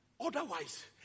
Otherwise